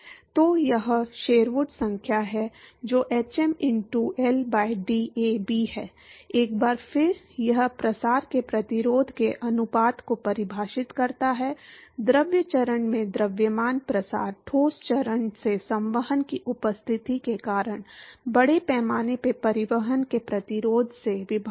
तो यह शेरवुड संख्या है जो hm into L by DAB है एक बार फिर यह प्रसार के प्रतिरोध के अनुपात को परिभाषित करता है द्रव चरण में द्रव्यमान प्रसार ठोस चरण से संवहन की उपस्थिति के कारण बड़े पैमाने पर परिवहन के प्रतिरोध से विभाजित होता है